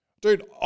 Dude